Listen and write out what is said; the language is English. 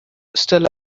still